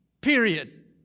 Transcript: period